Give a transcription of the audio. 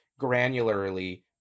granularly